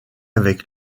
avec